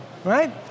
Right